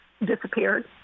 disappeared